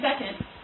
second